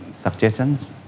suggestions